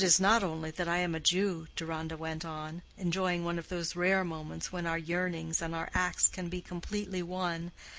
and it is not only that i am a jew, deronda went on, enjoying one of those rare moments when our yearnings and our acts can be completely one,